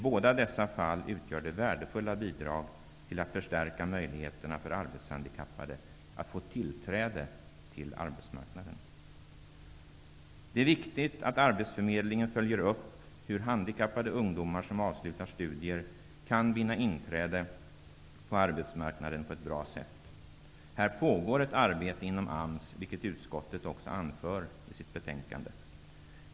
Båda dessa förslag utgör värdefulla bidrag till att förstärka möjligheterna för arbetshandikappade att få tillträde till arbetsmarknaden. Det är viktigt att arbetsförmedlingen följer handikappade ungdomar som avslutar studier och ser till att de kan vinna inträde på arbetsmarknaden på ett bra sätt. Här pågår ett arbete inom AMS, vilket utskottet också anför i betänkandet.